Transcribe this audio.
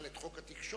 את חוק התקשורת,